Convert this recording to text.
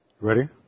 Ready